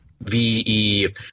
VE